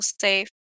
safe